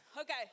Okay